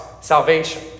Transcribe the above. salvation